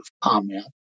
comment